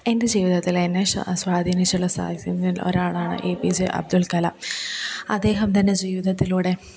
എൻ്റെ ജീവിതത്തിലെന്നെ സ്വ സ്വാധീനിച്ചുള്ള സ്വാധിച്ചി ഒരാളാണ് എ പി ജെ അബ്ദുൽ കലാം അദ്ദേഹം തൻ്റെ ജീവിതത്തിലൂടെ